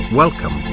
welcome